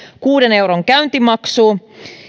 kuuden euron käyntimaksu